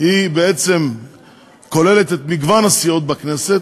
בעצם כוללת את מגוון הסיעות בכנסת,